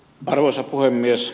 arvoisa puhemies